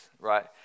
right